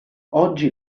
oggi